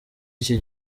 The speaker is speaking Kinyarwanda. iki